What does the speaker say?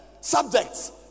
subjects